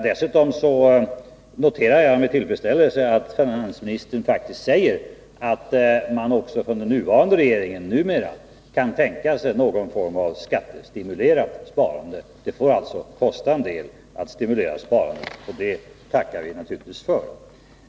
Dessutom noterar jag med tillfredsställelse att finansministern faktiskt säger att också den nuvarande regeringen numera kan tänka sig någon form av ett skattestimulerat sparande. Det får alltså kosta en del att stimulera sparandet. Det tackar vi naturligtvis för.